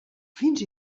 fins